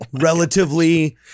relatively